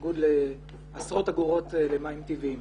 בניגוד לעשרות אגורות למים טבעיים.